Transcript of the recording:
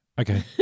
Okay